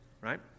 Right